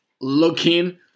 looking